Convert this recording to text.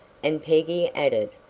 and peggy added,